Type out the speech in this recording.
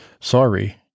Sorry